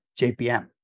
JPM